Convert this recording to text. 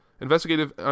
investigative